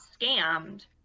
scammed